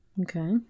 Okay